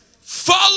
follow